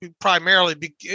primarily